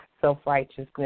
self-righteousness